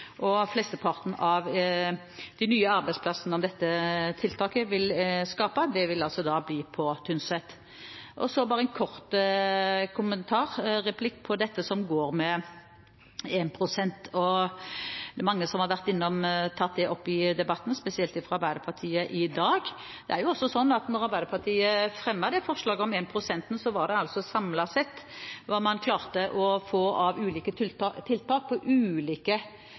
og flesteparten av de nye arbeidsplassene dette tiltaket vil skape, vil bli på Tynset. Så en kort kommentar til dette som gjelder målet om 1 pst. Det er mange som har vært innom det i debatten i dag, spesielt fra Arbeiderpartiet. Det er også sånn at da Arbeiderpartiet fremmet dette forslaget om 1 pst., utgjorde det samlet sett hva man klarte å få av ulike tiltak på ulike